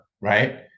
right